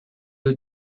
you